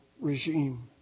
regime